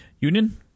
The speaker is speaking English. Union